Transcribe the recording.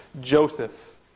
Joseph